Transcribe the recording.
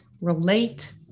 relate